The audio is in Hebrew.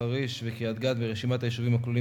חריש וקריית-גת מרשימת היישובים הכלולים